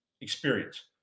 experience